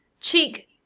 cheek